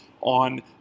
on